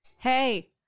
hey